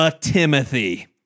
Timothy